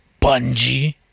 Bungie